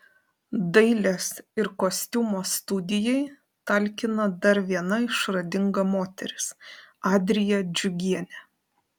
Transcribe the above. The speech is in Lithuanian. dailės ir kostiumo studijai talkina dar viena išradinga moteris adrija džiugienė